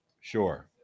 sure